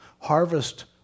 Harvest